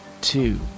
two